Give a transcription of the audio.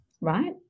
right